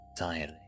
entirely